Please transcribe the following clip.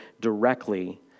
directly